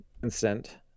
consent